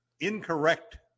incorrect